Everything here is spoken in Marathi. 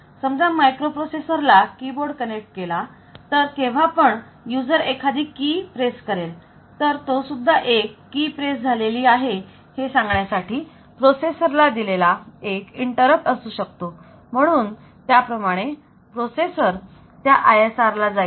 समजा मायक्रोप्रोसेसर ला कीबोर्ड कनेक्ट केला तर केव्हा पण यूजर एखादी की प्रेस करेल तर तो सुद्धा एक की प्रेस झालेली आहे हे सांगण्यासाठी प्रोसेसर ला दिलेला एक इंटरप्ट असू शकतो म्हणून त्याप्रमाणे प्रोसेसर त्या ISR ला जाईल